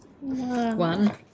One